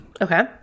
Okay